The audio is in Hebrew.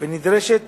ונדרשת